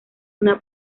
una